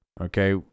Okay